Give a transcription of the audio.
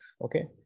Okay